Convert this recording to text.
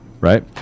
right